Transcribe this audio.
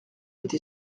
été